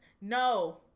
No